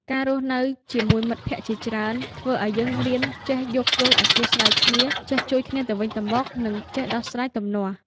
ការរស់នៅរួមជាមួយមិត្តភក្តិជាច្រើន ធ្វើឲ្យយើងរៀនចេះយោគយល់អធ្យាស្រ័យគ្នា ចេះជួយគ្នាទៅវិញទៅមក និងចេះដោះស្រាយទំនាស់។